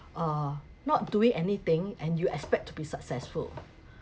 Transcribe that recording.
uh not doing anything and you expect to be successful